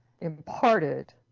imparted